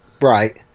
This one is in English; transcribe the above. Right